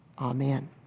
Amen